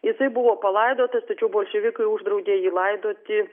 jisai buvo palaidotas tačiau bolševikai uždraudė jį laidoti